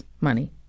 money